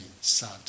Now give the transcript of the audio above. sad